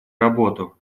работу